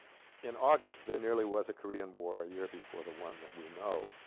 in august there nearly was a korean war a year before the one that we know